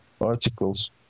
articles